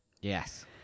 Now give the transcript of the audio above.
Yes